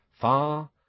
Far